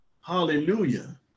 Hallelujah